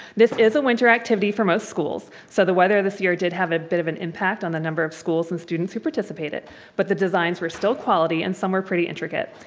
this is a winter activity for most schools so the weather this year did have a bit of an impact on the number of schools and students who participated but the designs were still quality and some were pretty intricate.